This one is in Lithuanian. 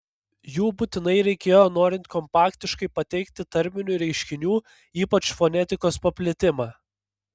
jų būtinai reikėjo norint kompaktiškai pateikti tarminių reiškinių ypač fonetikos paplitimą